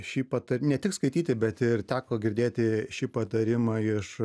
šį pat ne tik skaityti bet ir teko girdėti šį patarimą iš